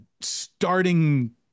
starting